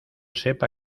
sepa